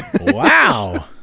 Wow